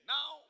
Now